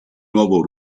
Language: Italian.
nuovo